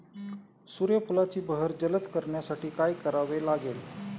सूर्यफुलाची बहर जलद करण्यासाठी काय करावे लागेल?